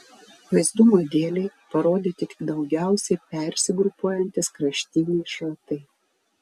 vaizdumo dėlei parodyti tik daugiausiai persigrupuojantys kraštiniai šratai